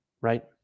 right